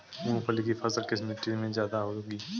मूंगफली की फसल किस मिट्टी में ज्यादा होगी?